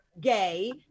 gay